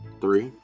three